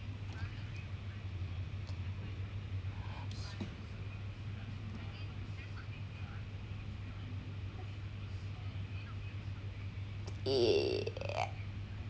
eh